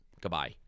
Goodbye